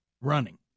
running